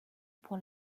pour